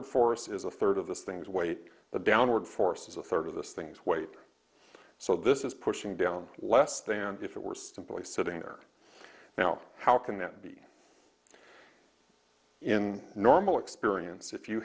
upward force is a third of those things weight the downward force is a third of those things weight so this is pushing down less than if it were simply sitting there now how can that be in normal experience if you